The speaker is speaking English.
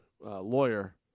lawyer